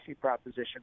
proposition